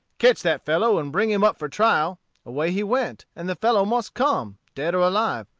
catch that fellow, and bring him up for trial away he went, and the fellow must come, dead or alive.